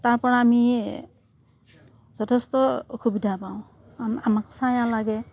তাৰপৰা আমি এই যথেষ্ট অসুবিধা পাওঁ আমাক ছাঁয়া লাগে